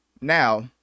now